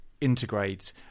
integrate